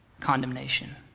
condemnation